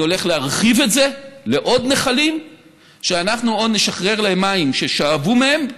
ואני הולך להרחיב את זה לעוד נחלים שאנחנו או נשחרר להם מים ששאבו מהם,